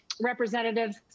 representatives